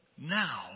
now